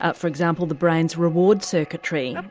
ah for example, the brain's reward circuitry,